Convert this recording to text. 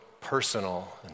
personal